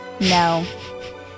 no